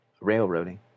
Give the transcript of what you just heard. railroading